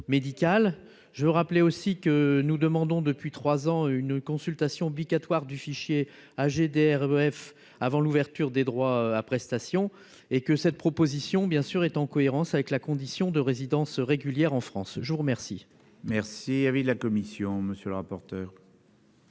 je veux rappeler aussi que nous demandons depuis 3 ans une consultation obligatoire du fichier AG2R GDR bref avant l'ouverture des droits à prestation et que cette proposition, bien sûr, est en cohérence avec la condition de résidence régulière en France, je vous remercie. Merci avait là. Commission monsieur le rapporteur.